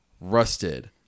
rusted